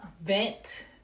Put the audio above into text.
vent